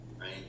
right